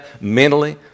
mentally